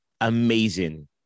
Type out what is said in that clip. amazing